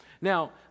Now